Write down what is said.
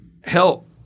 help